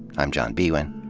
i'm john biewen.